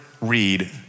read